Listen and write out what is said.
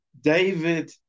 David